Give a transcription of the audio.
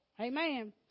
Amen